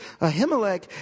Ahimelech